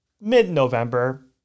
mid-November